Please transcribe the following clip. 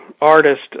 artist